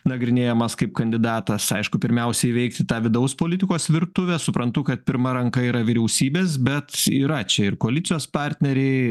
nagrinėjamas kaip kandidatas aišku pirmiausia įveikti tą vidaus politikos virtuvę suprantu kad pirma ranka yra vyriausybės bet yra čia ir koalicijos partneriai